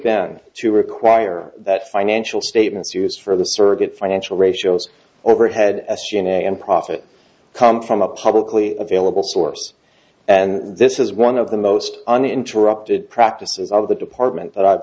been to require that financial statements you use for the surrogate financial ratios overhead s g and a and profit come from a publicly available source and this is one of the most uninterrupted practices of the department that i've